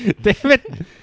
david